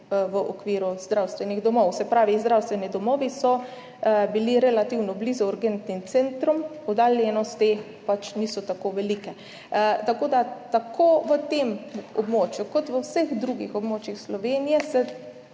v okviru zdravstvenih domov. Se pravi, zdravstveni domovi so bili relativno blizu urgentnim centrom, oddaljenosti pač niso tako velike. Tako v tem območju kot v vseh drugih območjih Slovenije